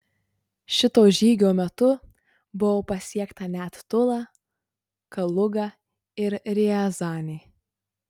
šito žygio metu buvo pasiekta net tula kaluga ir riazanė